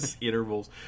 intervals